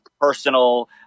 personal